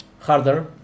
harder